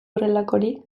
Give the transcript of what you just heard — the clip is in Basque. horrelakorik